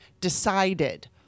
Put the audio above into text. decided